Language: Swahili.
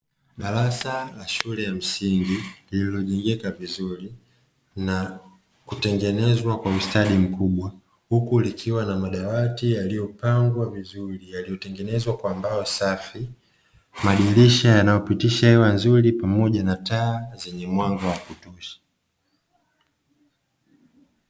Darasa la shule ya msingi, lililojengekea vizuri na kutengenezwa kwa ustadi mkubwa, huku likiwa na madawati yaliyopangwa vizuri, yaliyotengenezwa kwa mbao safi, madirisha yanayopitisha hewa nzuri, pamoja na taa zenye mwanga wa kutosha.